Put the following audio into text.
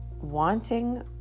wanting